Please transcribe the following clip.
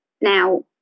Now